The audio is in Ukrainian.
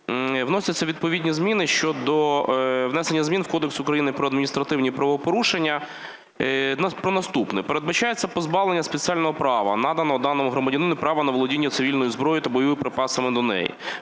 вносяться відповідні зміни щодо внесення змін в Кодекс України про адміністративні правопорушення про наступне: передбачається позбавлення спеціального права, наданого даному громадянину права на володіння цивільною зброєю та бойовими припасами до неї;